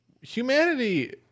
Humanity